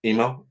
Email